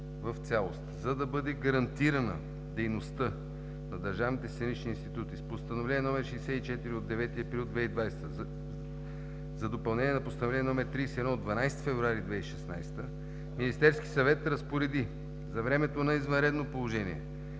в цялост. За да бъде гарантирана дейността на държавните сценични институти с Постановление № 64 от 9 април 2020 г. за допълнение на Постановление № 31 от 12 февруари 2016 г., Министерският съвет разпореди: „За времето на извънредно положение